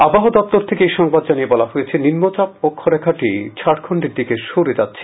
আবহাওয়া দপ্তর থেকে এই সংবাদ জানিয়ে বলা হয় নিম্নচাপ অক্ষরেখাটি ঝাডখণ্ডের দিকে সরে গেছে